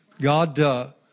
God